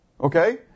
Okay